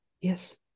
Yes